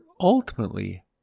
ultimately